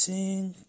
Sing